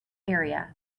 area